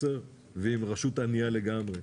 10 ועם רשות ענייה לגמרי,